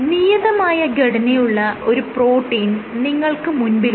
നിയതമായ ഘടനയുള്ള ഒരു പ്രോട്ടീൻ നിങ്ങൾക്ക് മുൻപിലുണ്ട്